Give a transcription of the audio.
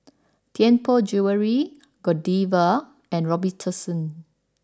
Tianpo Jewellery Godiva and Robitussin